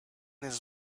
his